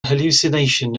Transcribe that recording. hallucination